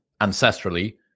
ancestrally